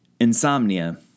Insomnia